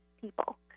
people